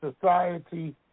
society